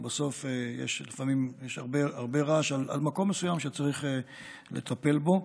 כי לפעמים יש הרבה רעש על מקום מסוים שצריך לטפל בו.